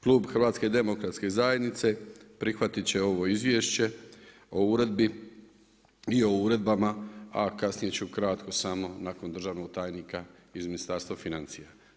Klub Hrvatske demokratske zajednice prihvatit će ovo izvješće o uredbi i o uredbama, a kasnije ću kratko samo nakon državnog tajnika iz Ministarstva financija.